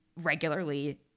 regularly